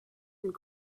and